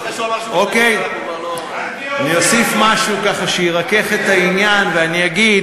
אני אוסיף משהו שירכך את העניין, ואני אגיד